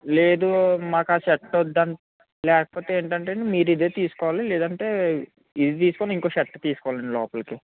లేదు మాకూ ఆ షర్టు వద్దంటే లేకపోతే ఏంటంటే మీరిదే తీసుకోవాలి లేదంటే ఇది తీసుకుని ఇంకొక షర్ట్ తీసుకోవాలండి లోపలకి